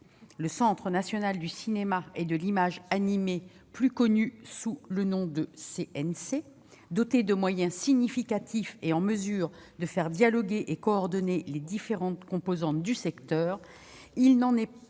le Centre national du cinéma et de l'image animée, ou CNC, doté de moyens significatifs et en mesure de faire dialoguer et coordonner les différentes composantes du secteur, il n'en va pas